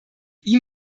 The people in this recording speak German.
ihm